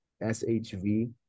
S-H-V